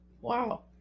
Wow